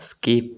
skip